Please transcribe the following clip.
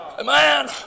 Amen